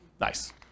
Nice